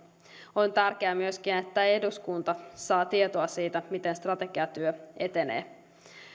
on tärkeää myöskin että eduskunta saa tietoa siitä miten strategiatyö etenee